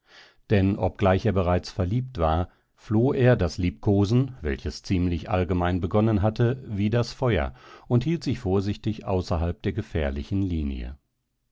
denn obgleich er bereits verliebt war floh er das liebkosen welches ziemlich allgemein begonnen hatte wie das feuer und hielt sich vorsichtig außerhalb der gefährlichen linie